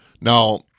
Now